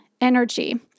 energy